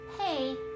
hey